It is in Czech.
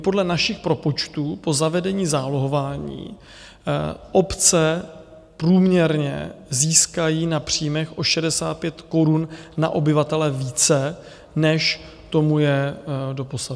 Podle našich propočtů po zavedení zálohování obce průměrně získají na příjmech o 65 korun na obyvatele více, než tomu je doposavad.